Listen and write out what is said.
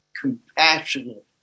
compassionate